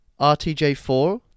RTJ4